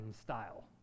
style